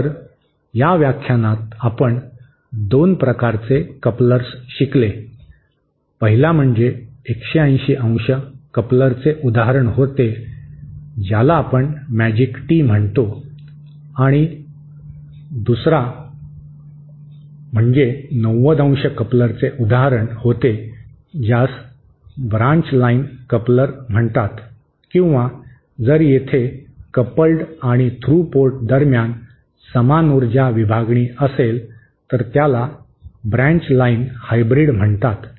तर या व्याख्यानात आपण दोन प्रकारचे कपलर्स शिकले पहिला म्हणजे 180° कपलरचे उदाहरण होते ज्याला आपण मॅजिक टी म्हणतो आणि दुसरा म्हणजे 90° कपलरचे उदाहरण होते ज्यास ब्रांच लाइन कपलर म्हणतात किंवा जर तेथे कपल्ड आणि थ्रू पोर्ट दरम्यान समान उर्जा विभागणी असेल तर त्याला ब्रँच लाइन हायब्रीड म्हणतात